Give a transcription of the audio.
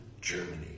Germany